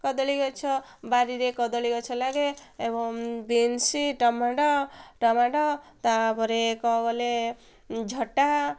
କଦଳୀ ଗଛ ବାରିରେ କଦଳୀ ଗଛ ଲାଗେ ଏବଂ ବିନ୍ସି ଟମାଟୋ ଟମାଟୋ ତା'ପରେ ଗଲେ ଝଟା